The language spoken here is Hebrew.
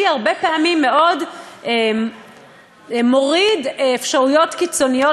הרבה פעמים מאוד מוריד אפשרויות קיצוניות